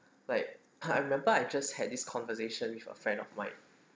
like I remember I just had this conversation with a friend of mine